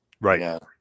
Right